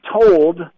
told